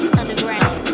underground